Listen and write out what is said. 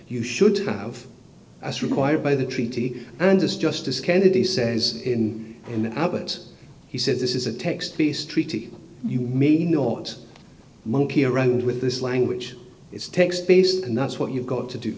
you should have as required by the treaty and as justice kennedy says in an abbot he said this is a text peace treaty you mean not monkey around with this language it's text based and that's what you've got to do